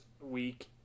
week